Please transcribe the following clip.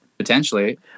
Potentially